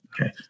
Okay